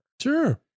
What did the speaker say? Sure